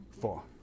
four